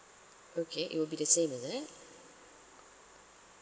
okay it will be the same is it